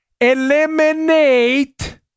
eliminate